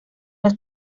los